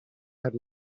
had